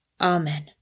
Amen